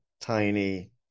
tiny